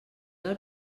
del